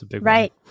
right